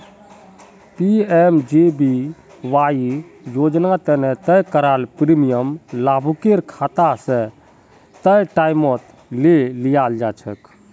PMJBY योजना तने तय कराल प्रीमियम लाभुकेर खाता स तय टाइमत ले लियाल जाछेक